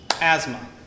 asthma